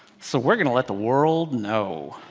so we're going to let the world know.